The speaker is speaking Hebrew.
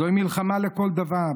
זוהי מלחמה לכל דבר.